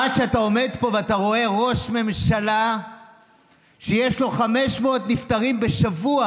עד שאתה עומד פה ואתה רואה ראש ממשלה שיש לו 500 נפטרים בשבוע.